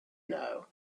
know